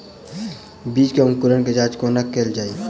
बीज केँ अंकुरण केँ जाँच कोना केल जाइ?